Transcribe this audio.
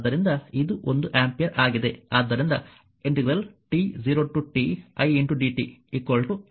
ಆದ್ದರಿಂದ ಇದು ಒಂದು ಆಂಪಿಯರ್ ಆಗಿದೆ